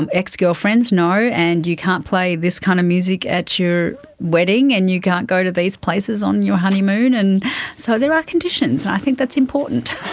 um ex-girlfriends, no. and you can't play this kind of music at your wedding and you can't go to these places on your honeymoon. and so there are conditions, and i think that's important.